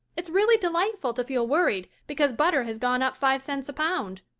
it's really delightful to feel worried because butter has gone up five cents a pound.